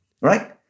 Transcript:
right